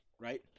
Right